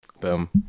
Boom